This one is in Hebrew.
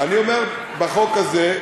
אני אומר: בחוק הזה.